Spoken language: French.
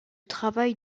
travail